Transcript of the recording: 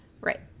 right